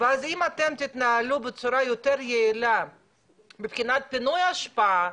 ואז אם אתם תתנהלו בצורה יותר יעילה מבחינת פינוי אשפה,